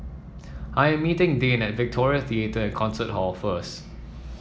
I am meeting Dane at Victoria Theatre and Concert Hall first